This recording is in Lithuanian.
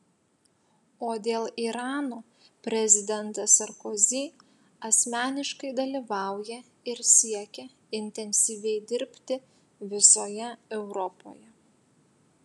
o dėl irano prezidentas sarkozy asmeniškai dalyvauja ir siekia intensyviai dirbti visoje europoje